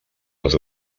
les